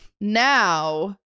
Now